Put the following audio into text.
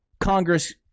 Congress